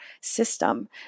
system